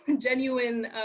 Genuine